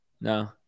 No